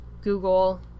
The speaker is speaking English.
Google